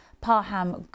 Parham